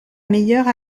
meilleure